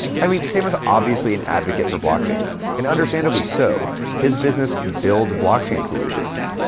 i mean, sam is obviously and advocate for blockchain and understandably so his business builds blockchain solutions.